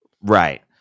Right